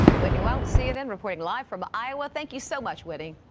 whitney wild cnn reporting live from iowa. thank you so much whitney